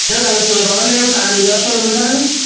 কেনো কালকে ফোনে পাবেন না কেনো টাকা নিয়ে যাবার সময় মনে থাকে না